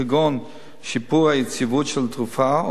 כגון שיפור היציבות של תרופה,